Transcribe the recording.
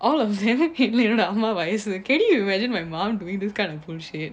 all of them என்அம்மாவயசு: en amma vayachi can you imagine my mom doing these kind of bullshit